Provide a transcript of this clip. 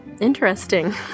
interesting